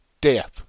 death